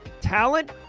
talent